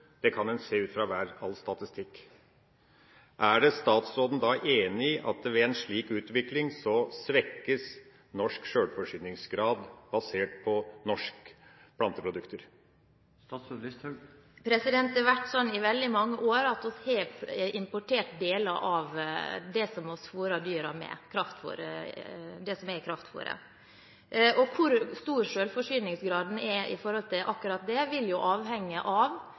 det kan en se ut fra enhver statistikk. Er statsråden enig i at ved en slik utvikling svekkes norsk sjølforsyningsgrad basert på norske planteprodukter? Det har vært sånn i veldig mange år, at vi har importert deler av det som er i kraftfôret. Hvor stor selvforsyningsgraden er i forhold til akkurat det, vil avhenge av